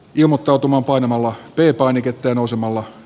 ilmottautumaan poimimalla ettei painiketta nousemalla